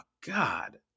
God